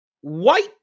white